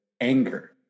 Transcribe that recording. anger